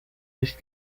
nicht